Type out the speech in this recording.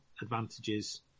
advantages